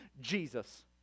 Jesus